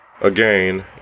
again